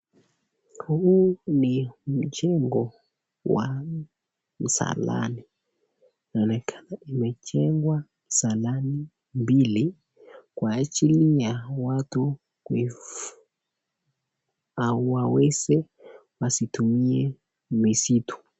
Huu ni mjengo wa msalani. Inaonekana imejengwa msalani mbili kwa ajili ya watu hawaweze wasitumie misitu.